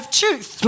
truth